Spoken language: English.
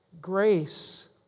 grace